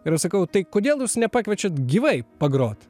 ir aš sakau tai kodėl jūs nepakviečiat gyvai pagrot